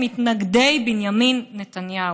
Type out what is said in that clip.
מתנגדי בנימין נתניהו,